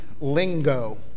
lingo